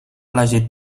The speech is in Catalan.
elegit